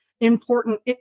important